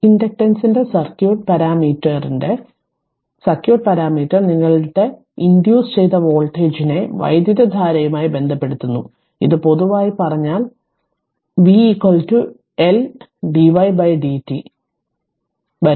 ഇൻഡക്റ്റൻസിന്റെ circuit പാരാമീറ്ററിന്റെ circuit parameter നിങ്ങളുടെ ഇൻഡ്യൂസുചെയ്ത വോൾട്ടേജിനെ വൈദ്യുതധാരയുമായി ബന്ധപ്പെടുത്തുന്നു ഇത് പൊതുവായി അറിഞ്ഞാൽ v L dy dt അതിലേക്ക് വരും